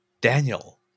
Daniel